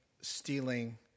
stealing